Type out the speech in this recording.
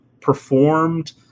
performed